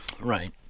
Right